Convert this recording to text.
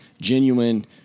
genuine